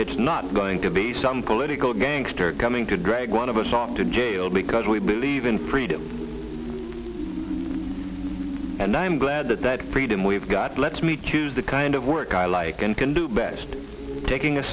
it's not going to be some political gangster coming to drag one of us off to jail because we believe in freedom and i'm glad that that freedom we've got lets me choose the kind of work i like and can do best taking a